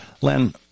Len